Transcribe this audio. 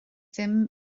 ddim